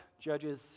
Judges